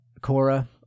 Cora